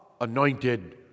anointed